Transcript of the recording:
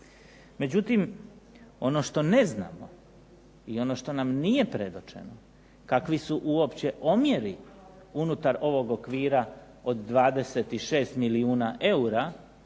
Međutim, ono što ne znamo i ono što nam nije predočeno kakvi su uopće omjeri unutar ovog okvira od 26 milijuna eura